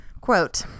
Quote